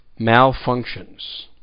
malfunctions